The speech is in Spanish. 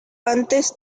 antes